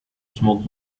smoke